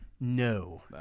No